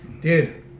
dude